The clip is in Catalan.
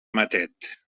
matet